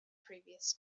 previous